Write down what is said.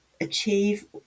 achieve